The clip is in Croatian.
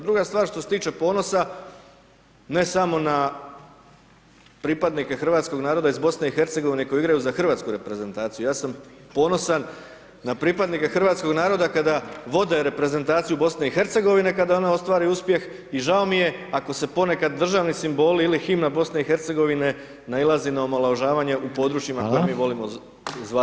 Druga stvar, što se tiče ponosa ne samo na pripadnike hrvatskog naroda iz BiH-a koji igraju za hrvatsku reprezentaciju, ja sam ponosan na pripadnike hrvatskog naroda kada vode reprezentaciju BiH-a i kada ona ostvari uspjeh i žao mi je ako se ponekad državni simbol ili himna BiH-a nailazi na omalovažavanje u područjima koje mi volimo zvati većinski hrvatski.